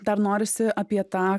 dar norisi apie tą